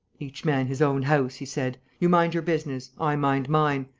each man his own house, he said. you mind your business. i mind mine.